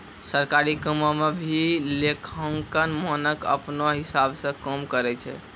सरकारी कामो म भी लेखांकन मानक अपनौ हिसाब स काम करय छै